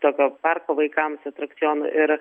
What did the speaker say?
tokio parko vaikams atrakcionų ir